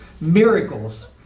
miracles